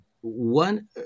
One